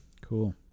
Cool